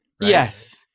Yes